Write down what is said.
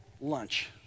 lunch